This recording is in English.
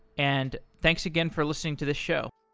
and thanks again for listening to this show